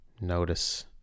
notice